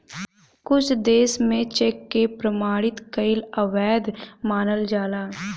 कुछ देस में चेक के प्रमाणित कईल अवैध मानल जाला